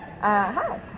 Hi